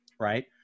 right